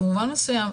במובן מסוים,